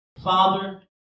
Father